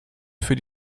für